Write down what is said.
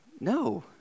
No